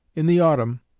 in the autumn,